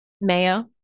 mayo